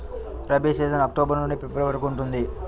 rabi season October నుండి February వరకు ఉంటుంది